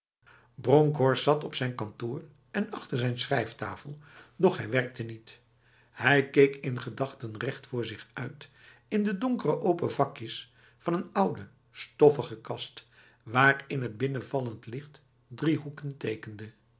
bronkhorst zat op zijn kantoor en achter zijn schrijftafel doch hij werkte niet hij keek in gedachten recht voor zich uit in de donkere open vakjes van een oude stoffige kast waarin het binnenvallend licht driehoeken tekende